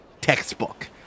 textbook